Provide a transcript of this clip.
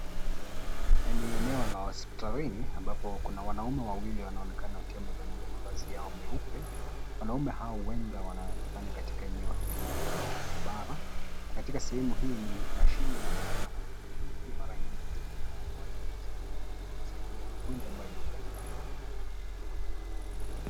Ni eneo la hospitalini ambapo kuna wanaume wawili wanaoonekana wakiwa wamevalia mavazi yao meupe. Wanaume hao huenda wanafanya katika eneo hili la maabara na katika sehemu hii ni mashini inayoonekana ama mashini hii mara nyingi hutumika kwa ajili ya kuweza kumsaidia mgonjwa ambaye yuko katika hali mahututi.